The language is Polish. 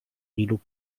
nilu